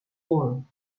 molt